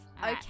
Okay